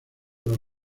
los